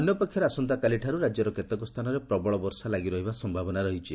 ଅପରପକ୍ଷରେ ଆସନ୍ତାକାଲିଠାରୁ ରାଜ୍ୟର କେତେକ ସ୍ରାନରେ ପ୍ରବଳ ବର୍ଷା ଲାଗି ରହିବା ସମ୍ଭାବନା ରହିଛି